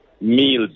meals